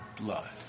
blood